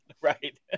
Right